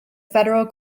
federal